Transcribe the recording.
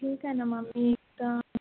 ठीक आहे ना मॅम मी एकदा